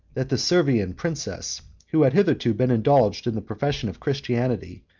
that the servian princess, who had hitherto been indulged in the profession of christianity,